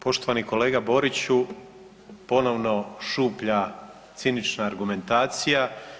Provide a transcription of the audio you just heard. Poštovani kolega Boriću, ponovno šuplja, cinična argumentacija.